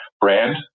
brand